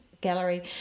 gallery